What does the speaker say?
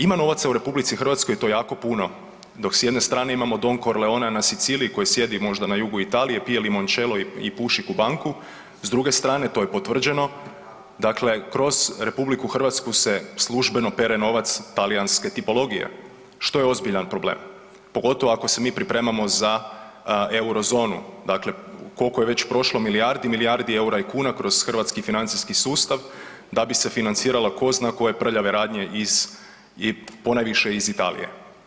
Ima novaca u Republici Hrvatskoj i to jako puno, dok s jedne strane imamo Don Corleon-a na Siciliji koji sjedi možda na jugu Italije i pije limoncello i puši kubanku, s druge strane to je potvrđeno, dakle kroz Republiku Hrvatsku se službeno pere novac talijanske tipologije, što je ozbiljan problem, pogotovo ako se mi pripremamo za eurozonu, dakle kol'ko je već prošlo milijardi, milijardi EUR-a i kuna kroz hrvatski financijski sustav, da bi se financirale tko zna koje prljave radnje iz, ponajviše iz Italije.